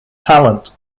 talent